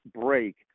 break